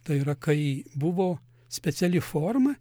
tai yra kai buvo speciali forma